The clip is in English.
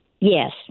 Yes